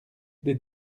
des